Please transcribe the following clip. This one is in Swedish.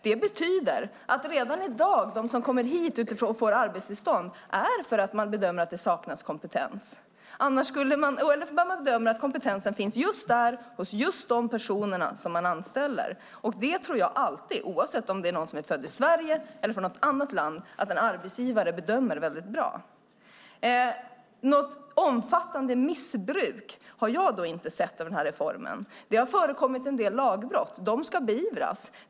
Det betyder att de som kommer hit i dag och får arbetstillstånd får det för att man bedömer att det saknas kompetens. Man bedömer att kompetensen finns hos just de personer man anställer. Det tror jag att en arbetsgivare kan bedöma bra, oavsett om arbetstagaren är född i Sverige eller i något annat land. Något omfattande missbruk av reformen har jag inte sett. Det har förekommit en del lagbrott, och de ska beivras.